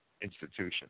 institution